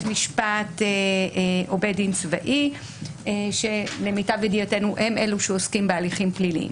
משפט או בית דין צבאי שלמיטב ידיעתנו הם אלה שעוסקים בהליכים פליליים.